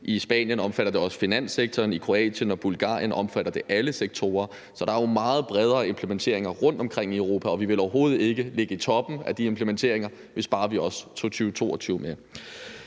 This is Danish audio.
I Spanien omfatter det også finanssektoren, i Kroatien og Bulgarien omfatter det alle sektorer. Så der er jo meget bredere implementeringer rundtomkring i Europa, og vi ville overhovedet ikke ligge i toppen af de implementeringer, hvis bare vi også tog 2022 med.